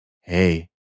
Hey